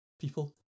people